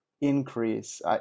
increase